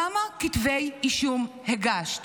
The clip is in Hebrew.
כמה כתבי אישום הגשת